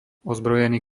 ozbrojený